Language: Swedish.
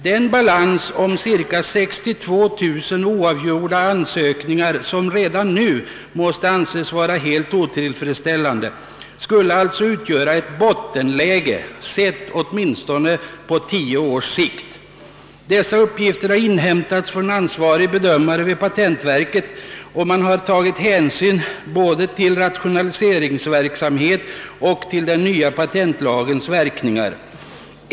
Den balans om cirka 62 000 oavgjorda ansökningar, som redan måste anses vara helt otillfredsställande, skulle alltså utgöra ett bottenläge, sett åtminstone på tio års sikt. Dessa uppgifter har inhämtats från ansvarig bedömare vid patentverket, och man har tagit hänsyn både till rationaliseringsverksamheten och till den nya patentlagens verkningar.